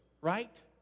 right